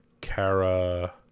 Kara